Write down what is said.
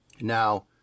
Now